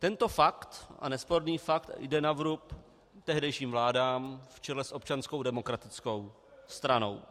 Tento fakt, a nesporný fakt, jde na vrub tehdejším vládám v čele s Občanskou demokratickou stranou.